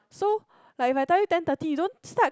so like if I tell you ten thirty you don't start